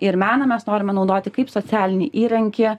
ir meną mes norime naudoti kaip socialinį įrankį